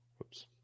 Oops